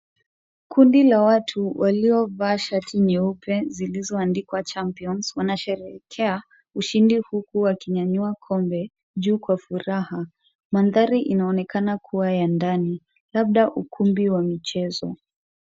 Kundi la watu waliovaa shati nyeupe zilizoandikwa champions wanasherekea ushindi huku wakinyanyua kombe juu kwa furaha. Mandhari inaonekana kuwa ya ndani labda ukumbi wa michezo.